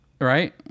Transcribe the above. Right